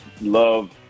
love